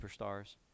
superstars